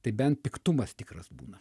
tai bent piktumas tikras būna